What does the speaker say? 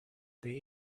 they